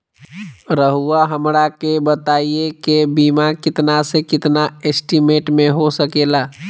रहुआ हमरा के बताइए के बीमा कितना से कितना एस्टीमेट में हो सके ला?